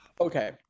Okay